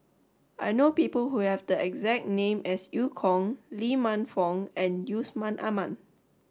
I know people who have the exact name as Eu Kong Lee Man Fong and Yusman Aman